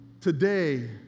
Today